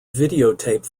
videotape